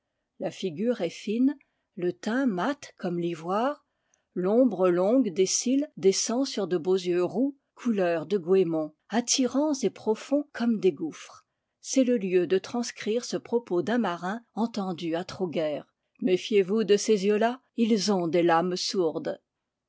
la figure est fine le teint mat comme l'ivoire l'ombre longue des cils descend sur de beaux yeux roux couleur de goémon attirants et profonds comme des gouffres c'est le lieu de transcrire ce propos d'un marin entendu à troguêr méfiez-vous de ces yeux-là ils ont des lames sourdes